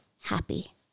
happy